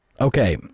okay